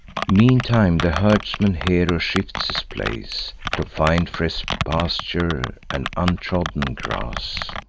meantime the herdsman hero shifts his place, to find fresh pasture and untrodden grass.